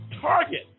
target